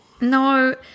No